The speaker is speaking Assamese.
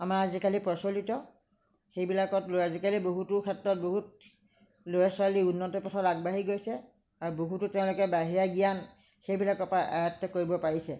আমাৰ আজিকালি প্ৰচলিত সেইবিলাকক লৈ আজিকালি বহুতো ক্ষেত্ৰত বহুত ল'ৰা ছোৱালী উন্নত পথত আগবাঢ়ি গৈছে আৰু বহুতো তেওঁলোকে বাহিৰা জ্ঞান সেইবিলাকৰ পৰা আয়ত্ত কৰিব পাৰিছে